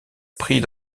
pris